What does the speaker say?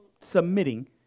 submitting